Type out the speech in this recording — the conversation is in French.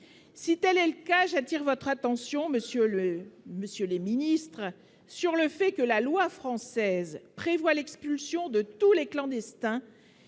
c'était l'Erika j'attire votre attention, monsieur le Monsieur les ministres sur le fait que la loi française prévoit l'expulsion de tous les clandestins